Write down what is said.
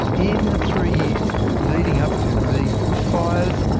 in the three years leading up to these bushfires,